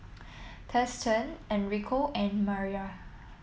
Thurston Enrico and Mara